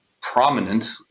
prominent